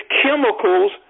chemicals